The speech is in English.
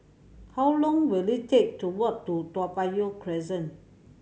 how long will it take to walk to Toa Payoh Crest